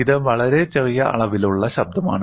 ഇത് വളരെ ചെറിയ അളവിലുള്ള ശബ്ദമാണ്